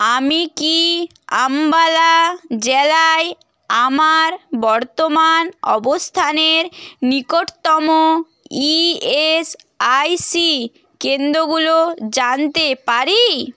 আমি কি আম্বালা জেলায় আমার বর্তমান অবস্থানের নিকটতম ই এস আই সি কেন্দ্রগুলো জানতে পারি